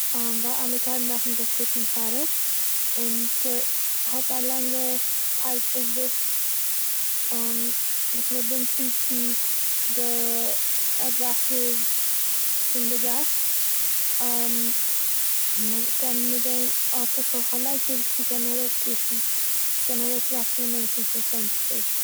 ווייל אלע קארן דארפן זיך ריקן פאר עס, און ס'האט א לאנגע פייפ וואס ווערט וואס מ'בינדט צו צו די א- וואסער פון די גאס און מ'קען מיט דעם האט עס אויך א לייטער צו קענען ארויפקריכן צו קענען ארויסראטעווען מענטשן פון פענסטערס.